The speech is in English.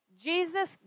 Jesus